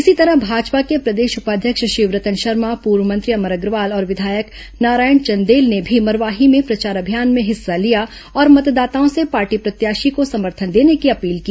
इसी तरह भाजपा के प्रदेश उपाध्यक्ष शिवरतन शर्मा पूर्व मंत्री अमर अग्रवाल और विधायक नारायण चंदेल ने भी मरवाही में प्रचार अभियान में हिस्सा लिया और मतदाताओं से पार्टी प्रत्याशी को समर्थन देने की अपील की